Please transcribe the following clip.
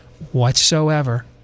whatsoever